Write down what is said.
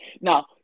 Now